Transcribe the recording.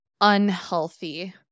unhealthy